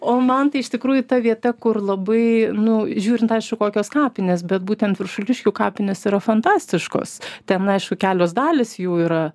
o man tai iš tikrųjų ta vieta kur labai nu žiūrint aišku kokios kapinės bet būtent viršuliškių kapinės yra fantastiškos ten aišku kelios dalys jų yra